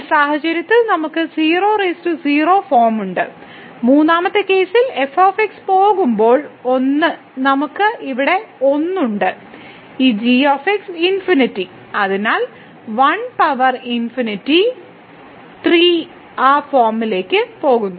ഈ സാഹചര്യത്തിൽ നമുക്ക് 00 ഫോം ഉണ്ട് മൂന്നാമത്തെ കേസിൽ f പോകുമ്പോൾ 1 നമുക്ക് ഇവിടെ 1 ഉണ്ട് ഈ g ∞ അതിനാൽ 1 പവർ ഇൻഫിനിറ്റി 3 ആം ഫോമിലേക്ക് പോകുന്നു